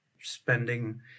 spending